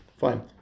Fine